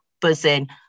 buzzing